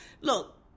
look